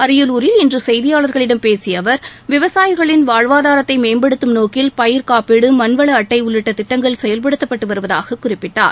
அரியலூரில் இன்று செய்தியாளர்களிடம் பேசிய அவர் விவசாயிகளின் வாழ்வாதாரத்தை மேம்படுத்தும் நோக்கில் பயிர் காப்பீடு மண் வள அட்டை உள்ளிட்ட திட்டங்கள் செயல்படுத்தப்பட்டு வருவதாக குறிப்பிட்டார்